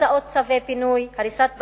הוצאת צווי פינוי, הריסת בתים,